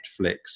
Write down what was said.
netflix